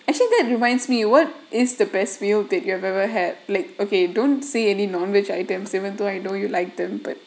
actually that reminds me what is the best meal that you have ever had like okay don't say any non which items even though I know you like them but